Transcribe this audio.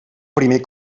primer